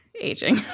aging